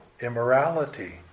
immorality